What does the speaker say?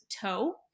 toe